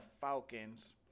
Falcons